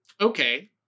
Okay